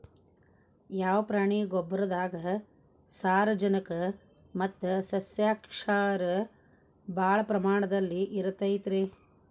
ಯಾವ ಪ್ರಾಣಿಯ ಗೊಬ್ಬರದಾಗ ಸಾರಜನಕ ಮತ್ತ ಸಸ್ಯಕ್ಷಾರ ಭಾಳ ಪ್ರಮಾಣದಲ್ಲಿ ಇರುತೈತರೇ?